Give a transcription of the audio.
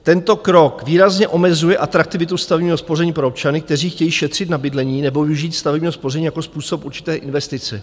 Tento krok výrazně omezuje atraktivitu stavebního spoření pro občany, kteří chtějí šetřit na bydlení nebo využít stavebního spoření jako způsob určité investice.